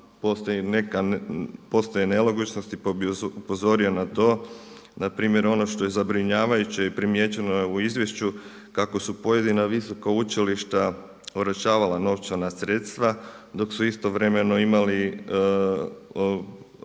postoje nelogičnosti pa bih vas upozorio na to. Na primjer ono što je zabrinjavajuće i primijećeno je u izvješću kako su pojedina visoka učilišta oročavala novčana sredstva dok su istovremeno imali